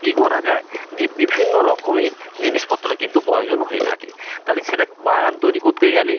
কী করা যায় যে বিভিন্ন রকমের জিনিসপত্র কিন্তু প্রয়োজন হয়ে থাকে তাহলে সেটা বাগান তৈরি করতে গেলে